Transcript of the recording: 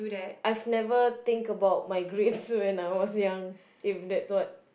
I've never think about my grades when I was young if that's what